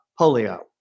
polio